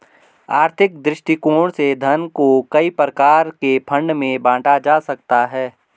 आर्थिक दृष्टिकोण से धन को कई प्रकार के फंड में बांटा जा सकता है